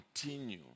continue